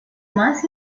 más